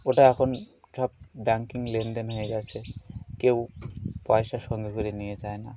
ওটা এখন সব ব্যাঙ্কিং লেনদেন হয়ে গিয়েছে কেউ পয়সা সঙ্গে করে নিয়ে যায় না